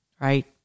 right